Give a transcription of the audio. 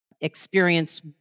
experience